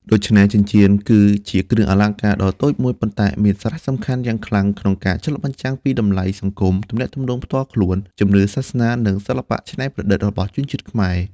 ដូច្នេះ ចិញ្ចៀនគឺជាគ្រឿងអលង្ការដ៏តូចមួយ ប៉ុន្តែមានសារៈសំខាន់យ៉ាងខ្លាំងក្នុងការឆ្លុះបញ្ចាំងពីតម្លៃសង្គម ទំនាក់ទំនងផ្ទាល់ខ្លួន ជំនឿសាសនា និងសិល្បៈច្នៃប្រឌិតរបស់ជនជាតិខ្មែរ។